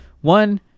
One